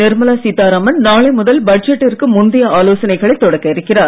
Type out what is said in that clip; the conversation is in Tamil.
நிர்மலா சீதாராமன் நாளை முதல் பட்ஜெட்டிற்கு முந்தைய ஆலோசனைகளை தொடக்க இருக்கிறார்